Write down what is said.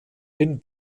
den